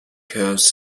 curves